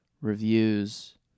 reviews